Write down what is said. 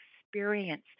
experience